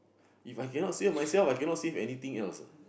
If I cannot save myself I cannot save anything else ah